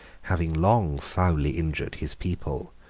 having long foully injured his people,